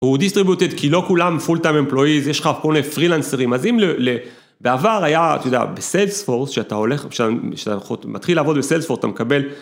הוא distributed כי לא כולם full-time employees, יש לך כל מיני פרילנסרים, אז אם בעבר היה, אתה יודע, בסיילספורס, כשאתה הולך, כשאתה מתחיל לעבוד בסיילספורס, אתה מקבל